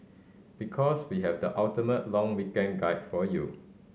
because we have the ultimate long weekend guide for you